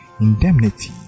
indemnity